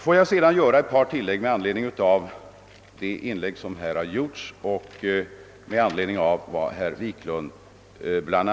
Får jag sedan göra ett par tillägg med anledning av de inlägg som här har gjorts och med anledning av herr Wiklunds frågor.